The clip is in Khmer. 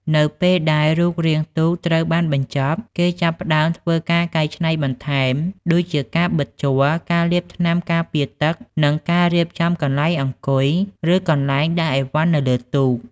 នៅពេលដែលរូបរាងទូកត្រូវបានបញ្ចប់ គេចាប់ផ្តើមធ្វើការកែច្នៃបន្ថែម ដូចជាការបិតជ័រ ការលាបថ្នាំការពារទឹក និងការរៀបចំកន្លែងអង្គុយ ឬកន្លែងដាក់ឥវ៉ាន់នៅលើទូក។